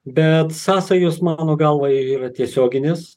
bet sąsajos mano galva yra tiesioginės